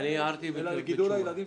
אלא לגידול הילדים,